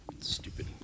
stupid